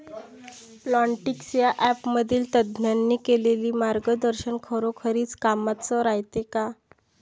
Plantix या ॲपमधील तज्ज्ञांनी केलेली मार्गदर्शन खरोखरीच कामाचं रायते का?